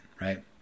Right